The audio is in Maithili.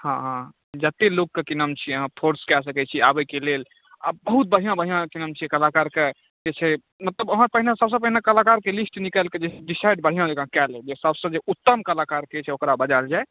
हँ हँ जतेक लोकके की नाम छियै अहाँ फोर्स कए सकैत छियै आबैके लेल आ बहुत बढ़िआँ बढ़िआँ की नाम छियै कलाकारके जे छै मतलब अहाँ पहिने सभसँ पहिने कलाकारके लिस्ट निकालिके जे डिसाइड बढ़िआँ जँका कए लेब जे सभसँ जे उत्तम कलाकारके जे छै ओकरा बजायल जाय